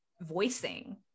voicing